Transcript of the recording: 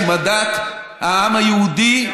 השמדת העם היהודי,